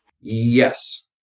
Yes